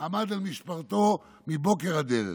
עמד על משמרתו מבוקר עד ערב.